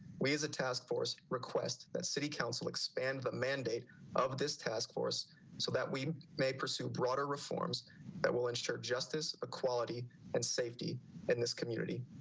we as a task force request that city council expand the but mandate of this task force so that we may pursue broader reforms that will ensure justice, equality and safety in this community.